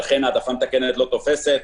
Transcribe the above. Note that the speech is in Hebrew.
לכן, העדפה מתקנת לא תוספת.